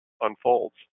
unfolds